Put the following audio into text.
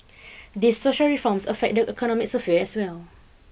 these social reforms affect the economic sphere as well